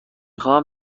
خواهم